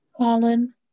Colin